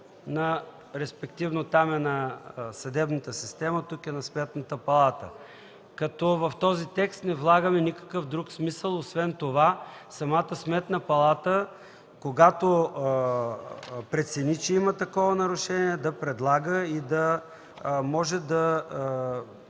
респективно там е на съдебната система, тук е на Сметната палата. В този текст не влагаме никакъв друг смисъл освен това самата Сметна палата, когато прецени, че има такова нарушение, да предлага и да може да